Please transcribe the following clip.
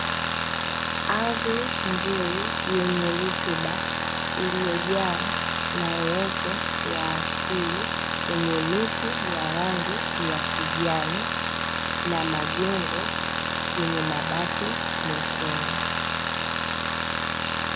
Ardhi nzuri yenye rutuba iliyojawa na uoto wa asili, yenye miti ya rangi ya kijani na majengo yenye mabati mekundu.